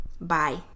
Bye